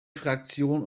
fraktion